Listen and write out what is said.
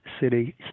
city